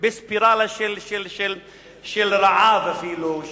בספירלה של רעב אפילו,